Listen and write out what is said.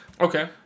Okay